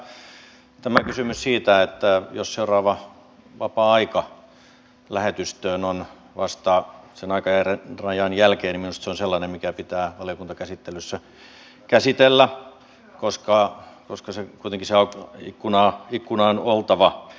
minusta tämä kysymys siitä että jos seuraava vapaa aika lähetystöön on vasta sen aikarajan jälkeen on sellainen mikä pitää valiokuntakäsittelyssä käsitellä koska se ikkuna on kuitenkin oltava